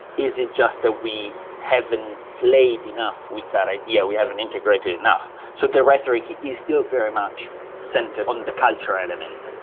is it just that we haven't played enough with that idea, we haven't integrated enough? so the rhetoric is still very much centred on the culture element.